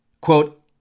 Quote